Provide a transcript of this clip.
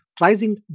rising